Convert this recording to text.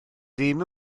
ddim